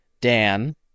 dan